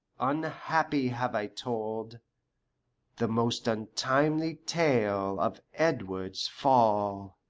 unhappy have i told the most untimely tale of edward's fall.